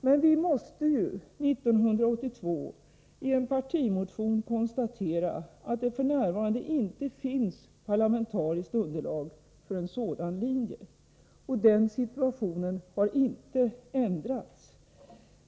Men vi var 1982 tvungna att i en partimotion konstatera att det då inte fanns parlamentariskt underlag för en sådan linje. Den situationen har inte ändrats.